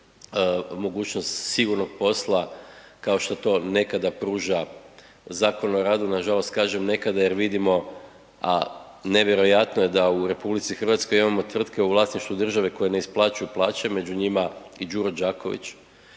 mogućnost sigurnog posla kao što to nekada pruža Zakon o radu. Nažalost kažem nekada jer vidimo a nevjerojatno je da u RH imamo tvrtke u vlasništvu države koje ne isplaćuju plaće među njima i Đuro Đaković,